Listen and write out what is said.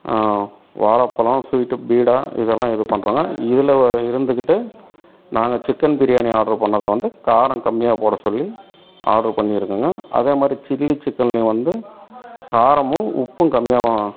வாழைப்பழம் ஸ்வீட்டு பீடா இதலாம் இது பண்ணுறோங்க இதில் இருந்துக்கிட்டு நாங்கள் சிக்கன் பிரியாணி ஆர்ட்ரு பண்ணதில் வந்து காரம் கம்மியாக போட சொல்லி ஆர்ட்ரு பண்ணிருக்கேங்க அதே மாதிரி சில்லி சிக்கன்லையும் வந்து காரமும் உப்பும் கம்மியாக